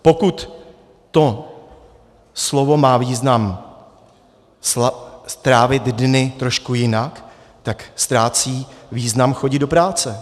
Pokud to slovo má význam strávit dny trošku jinak, tak ztrácí význam chodit do práce.